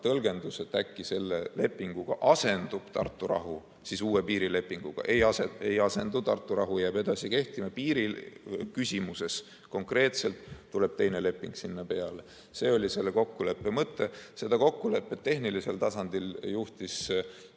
tõlgendus, et äkki selle lepinguga asendub Tartu rahu uue piirilepinguga. Ei, ei asendu. Tartu rahu jääb edasi kehtima. Piiriküsimuses konkreetselt tuleb teine leping sinna peale. See oli selle kokkuleppe mõte. Seda kokkulepet tehnilisel tasandil juhtisid